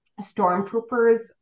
stormtroopers